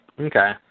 Okay